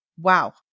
Wow